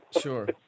Sure